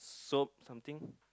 soap something